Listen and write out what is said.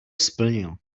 splnil